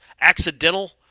accidental